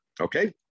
okay